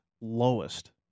lowest